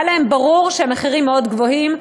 היה להם ברור שהמחירים מאוד גבוהים.